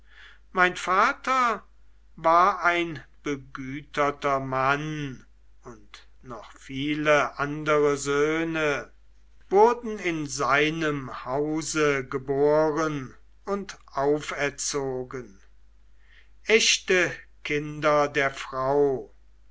mein vater war ein begüterter mann und noch viel andere söhne wurden in seinem hause geboren und auferzogen echte kinder der frau